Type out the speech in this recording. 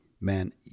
man